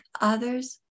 others